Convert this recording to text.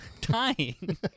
dying